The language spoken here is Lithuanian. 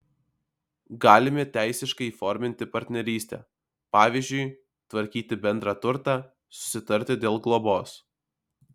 galime teisiškai įforminti partnerystę pavyzdžiui tvarkyti bendrą turtą susitarti dėl globos